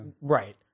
right